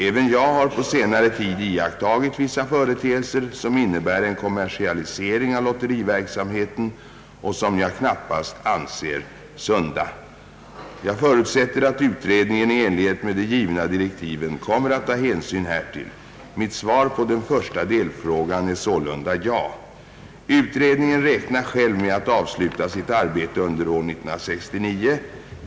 Även jag har på senare tid iakttagit vissa företeelser som innebär en kommersialisering av lotteriverksamheten och som jag knappast anser sunda. Jag förutsätter att utredningen i enlighet med de givna direktiven kommer att ta hänsyn härtill. Mitt svar på den första delfrågan är sålunda ja. Utredningen räknar själv med att avsluta sitt arbete under år 1969.